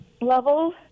level